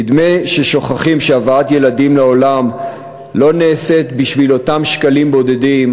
נדמה ששוכחים שהבאת ילדים לעולם לא נעשית בשביל אותם שקלים בודדים